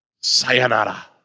Sayonara